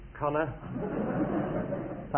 Connor